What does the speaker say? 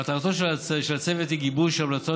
מטרתו של הצוות היא גיבוש המלצות